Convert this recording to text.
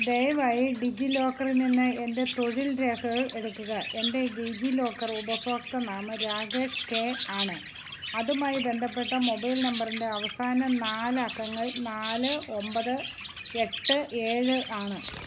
ദയവായി ഡിജി ലോക്കറിൽ നിന്ന് എൻ്റെ തൊഴിൽ രേഖകൾ എടുക്കുക എൻ്റെ ഡിജി ലോക്കർ ഉപഭോക്തൃനാമം രാകേഷ് കെ ആണ് അതുമായി ബന്ധപ്പെട്ട മൊബൈൽ നമ്പറിൻ്റെ അവസാന നാലക്കങ്ങൾ നാല് ഒമ്പത് എട്ട് ഏഴ് ആണ്